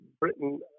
britain